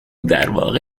درواقع